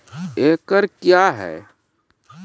एकड कया हैं?